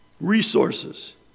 Resources